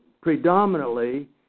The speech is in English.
predominantly